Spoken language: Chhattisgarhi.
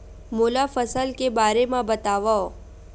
मोला फसल के बारे म बतावव?